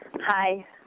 Hi